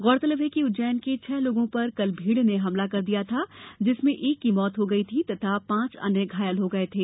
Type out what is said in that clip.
गौरतलब है कि उज्जैन के छह लोगों पर कल भीड़ ने हमला कर दिया था जिसमें एक की मौत हो गयी तथा पांच अन्य घायल हो गए थे